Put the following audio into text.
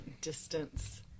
Distance